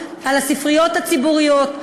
על הספריות הציבוריות,